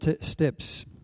steps